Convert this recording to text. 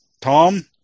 Tom